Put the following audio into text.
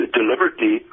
deliberately